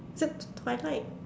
super twilight